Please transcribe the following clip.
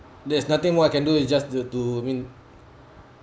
there's nothing more I can do is just to to I mean